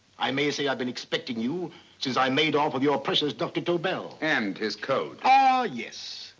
i may say i've been expecting you since i made off with your precious dr. tobel. and his code. ah yes.